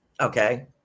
Okay